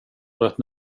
bröt